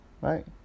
right